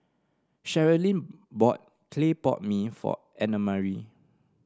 Sherilyn bought Clay Pot Mee for Annamarie